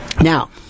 Now